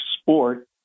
sport